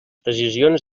decisions